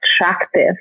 attractive